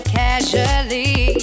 casually